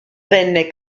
venne